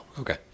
Okay